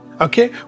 okay